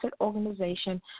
organization